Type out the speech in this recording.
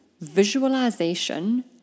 visualization